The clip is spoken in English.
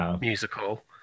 musical